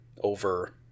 over